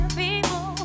people